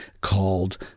called